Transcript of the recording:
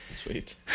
Sweet